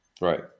Right